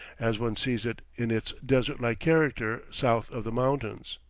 as one sees it in its desert-like character south of the mountains.